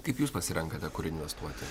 kaip jūs pasirenkate kur investuoti